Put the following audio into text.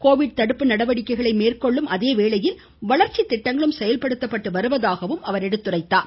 Covid தடுப்பு நடவடிக்கைகள் மேற்கொள்ளும் அதே வேளையில் வளர்ச்சி திட்டங்களும் செயல்படுத்தப்பட்டு வருவதாக அமைச்சர் குறிப்பிட்டார்